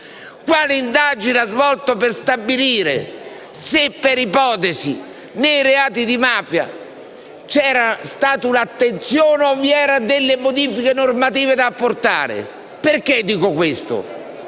Quali indagini ha svolto la Commissione per stabilire se, per ipotesi, nei reati di mafia c'era stata un'attenzione o vi erano delle modifiche normative da apportare? Perché dico questo?